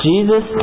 Jesus